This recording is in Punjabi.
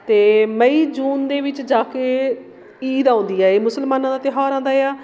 ਅਤੇ ਮਈ ਜੂਨ ਦੇ ਵਿੱਚ ਜਾ ਕੇ ਈਦ ਆਉਂਦੀ ਹੈ ਇਹ ਮੁਸਲਮਾਨਾਂ ਦਾ ਤਿਉਹਾਰਾਂ ਆਉਂਦਾ ਏ ਆ